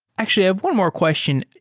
actually, i have one more question.